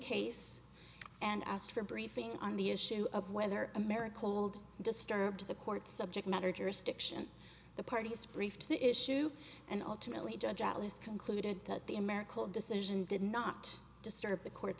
case and asked for a briefing on the issue of whether america hold disturbed the court subject matter jurisdiction the parties brief to the issue and ultimately judge atlas concluded that the american decision did not disturb the court